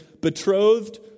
betrothed